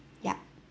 yup